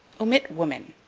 omit woman.